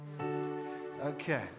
Okay